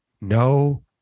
No